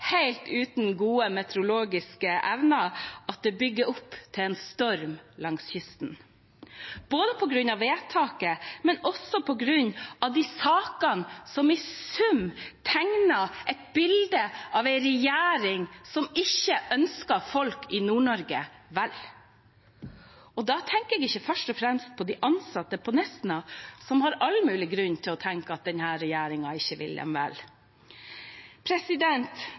uten gode meteorologiske evner, at det brygger opp til en storm langs kysten – både på grunn av vedtaket og på grunn av de sakene som i sum tegner et bilde av en regjering som ikke ønsker folk i Nord-Norge vel. Og da tenker jeg ikke først og fremst på de ansatte på Nesna, som har all mulig grunn til å tenke at denne regjeringen ikke vil dem vel.